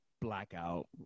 blackout